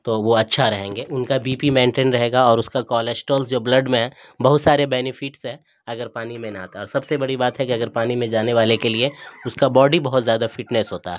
تو وہ اچھا رہیں گے ان کا بی پی مینٹین رہے گا اور اس کا کالسٹرولس جو بلڈ میں ہے بہت سارے بینیفٹس ہیں اگر پانی میں نہاتا ہے اور سب سے بڑی بات ہے کہ اگر پانی میں جانے والے کے لیے اس کا باڈی بہت زیادہ فٹنیس ہوتا ہے